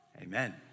Amen